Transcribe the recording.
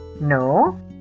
No